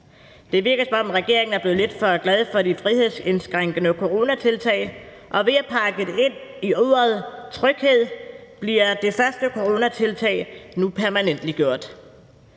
Det virker, som om regeringen er blevet lidt for glad for de frihedsindskrænkende coronatiltag, og ved at pakke det ind i ordet tryghed bliver det første coronatiltag nu permanentliggjort.